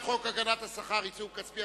הגנת השכר (עיצום כספי),